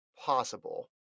possible